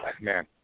Man